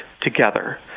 together